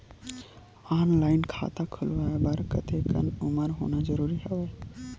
Online खाता खुलवाय बर कतेक उमर होना जरूरी हवय?